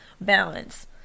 balance